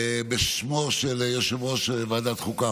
בשמו של יושב-ראש ועדת חוקה,